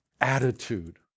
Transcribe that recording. attitude